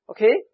Okay